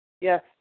Yes